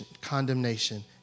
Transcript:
condemnation